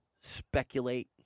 speculate